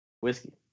Whiskey